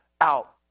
out